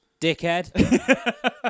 Dickhead